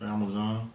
Amazon